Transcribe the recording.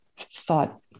thought